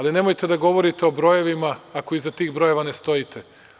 Nemojte da govorite o brojevima, ako iza tih brojeva ne stojite.